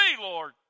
Lord